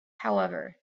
however